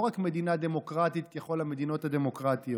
לא רק מדינה דמוקרטית ככל המדינות הדמוקרטיות,